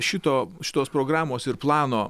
šito šitos programos ir plano